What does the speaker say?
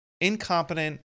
incompetent